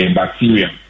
bacteria